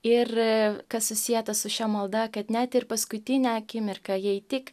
ir kas susieta su šia malda kad net ir paskutinę akimirką jei tik